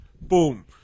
Boom